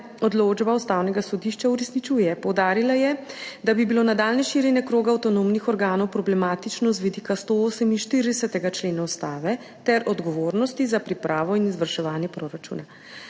odločba Ustavnega sodišča uresničuje. Poudarila je, da bi bilo nadaljnje širjenje kroga avtonomnih organov problematično z vidika 148. člena Ustave ter odgovornosti za pripravo in izvrševanje proračuna.